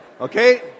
Okay